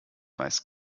weiß